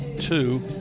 two